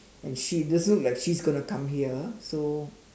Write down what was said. and she also like she's gonna come here so